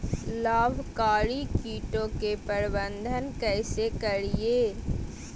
लाभकारी कीटों के प्रबंधन कैसे करीये?